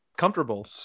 Comfortable